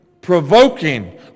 provoking